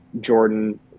Jordan